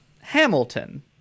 Hamilton